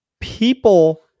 People